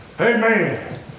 Amen